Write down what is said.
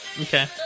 Okay